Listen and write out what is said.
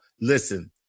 listen